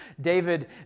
David